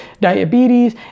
diabetes